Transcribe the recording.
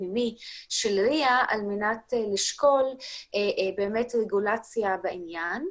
פנימי של RIA על מנת לשקול רגולציה בעניין.